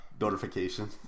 notification